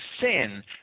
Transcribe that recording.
sin